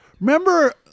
Remember